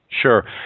Sure